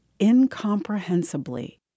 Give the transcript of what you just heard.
incomprehensibly